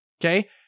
Okay